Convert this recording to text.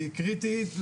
היא קריטית לרשות,